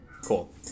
cool